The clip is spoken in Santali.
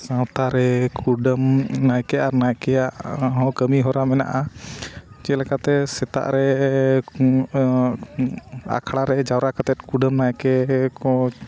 ᱥᱟᱶᱛᱟᱨᱮ ᱠᱩᱰᱟᱹᱢ ᱱᱟᱭᱠᱮ ᱟᱨ ᱱᱟᱭᱠᱮᱭᱟᱜ ᱦᱚᱸ ᱠᱟᱹᱢᱤ ᱦᱚᱨᱟ ᱢᱮᱱᱟᱜᱼᱟ ᱪᱮᱫ ᱞᱮᱠᱟᱛᱮ ᱥᱮᱛᱟᱜ ᱨᱮ ᱟᱠᱷᱲᱟ ᱨᱮ ᱡᱟᱣᱨᱟ ᱠᱟᱛᱮᱫ ᱠᱩᱰᱟᱹᱢ ᱱᱟᱭᱠᱮ ᱠᱚ